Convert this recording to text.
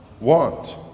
want